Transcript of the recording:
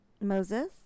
Moses